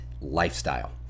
lifestyle